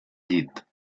llit